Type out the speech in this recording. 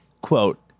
quote